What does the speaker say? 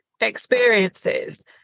experiences